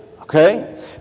Okay